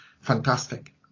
fantastic